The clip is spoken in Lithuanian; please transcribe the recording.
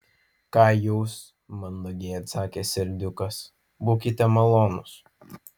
ką jūs mandagiai atsakė serdiukas būkite malonus